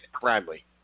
Bradley